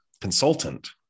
consultant